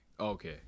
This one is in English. Okay